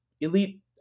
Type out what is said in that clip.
elite